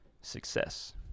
success